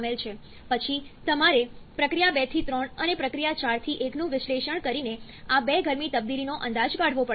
પછી તમારે પ્રક્રિયા 2 થી 3 અને પ્રક્રિયા 4 થી 1 નું વિશ્લેષણ કરીને આ બે ગરમી તબદીલીનો અંદાજ કાઢવો પડશે